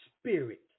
spirit